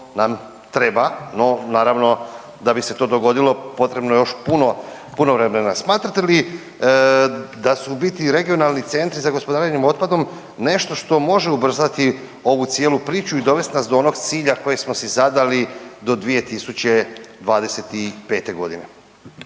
nam treba. No, naravno, da bi se to dogodilo potrebno je još puno, puno vremena. Smatrate li da su u biti regionalni centri za gospodarenjem otpadom nešto što može ubrzati ovu cijelu priču i dovesti nas do onog cilja kojeg smo si zadali do 2025. g.?